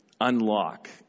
unlock